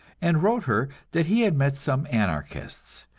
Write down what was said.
and wrote her that he had met some anarchists,